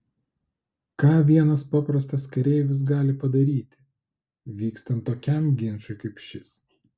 ką vienas paprastas kareivis gali padaryti vykstant tokiam ginčui kaip šis